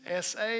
SA